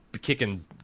kicking